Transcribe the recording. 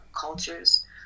cultures